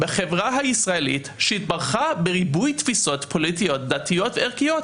בחברה הישראלית שהתברכה בריבוי תפיסות פוליטיות דתיות ערכיות,